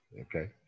Okay